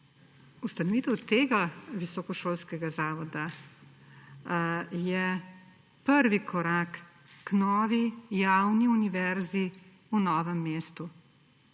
Ustanovitev tega visokošolskega zavoda je prvi korak k novi javni univerzi v Novem mestu.